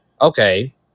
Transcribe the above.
Okay